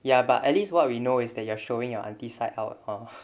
ya but at least what we know is that you're showing your aunty side out ah